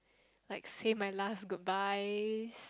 like say my last goodbye